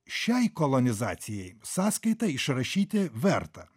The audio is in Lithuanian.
šiai kolonizacijai sąskaitą išrašyti verta